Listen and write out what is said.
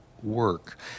work